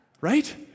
right